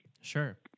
sure